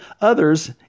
others